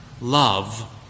love